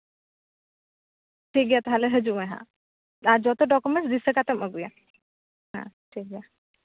ᱴᱷᱤᱠᱜᱮᱭᱟ ᱛᱟᱦᱚᱞᱮ ᱦᱟᱹᱡᱩᱜ ᱢᱮ ᱦᱟᱸᱜ ᱟᱨ ᱡᱚᱛᱚ ᱰᱚᱠᱚᱢᱮᱱᱴ ᱫᱤᱥᱟᱹ ᱠᱟᱛᱮ ᱮᱢ ᱟᱹᱜᱩᱭᱟ ᱦᱮᱸ ᱴᱷᱤᱠᱜᱮᱭᱟ